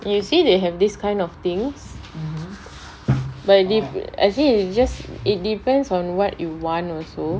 you see they have this kind of things but I think it just it depends on what you want also